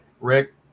Rick